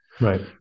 Right